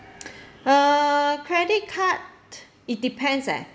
uh credit card it depends eh